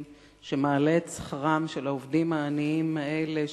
שמעלה את שכרם של העובדים העניים האלה,